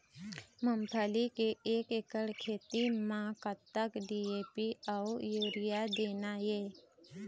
मूंगफली के एक एकड़ खेती म कतक डी.ए.पी अउ यूरिया देना ये?